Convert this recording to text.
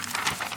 תודה רבה.